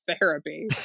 therapy